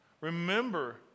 Remember